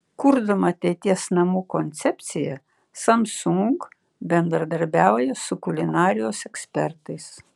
kurdama ateities namų koncepciją samsung bendradarbiauja su kulinarijos ekspertais